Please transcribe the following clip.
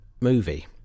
movie